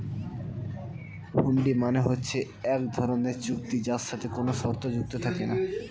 হুন্ডি মানে হচ্ছে এক ধরনের চুক্তি যার সাথে কোনো শর্ত যুক্ত থাকে না